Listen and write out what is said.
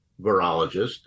virologist